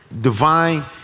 divine